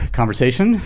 conversation